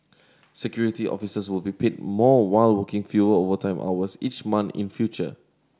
Security Officers will be paid more while working fewer overtime hours each month in future